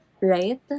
right